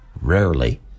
Rarely